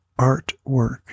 artwork